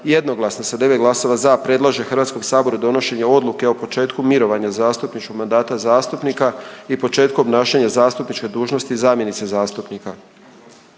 jednoglasno sa 9 glasova za, predlaže Hrvatskom saboru donošenje odluke o početku mirovanja zastupničkog mandata zastupnika i početku obnašanja zastupničke dužnosti zamjenice zastupnika.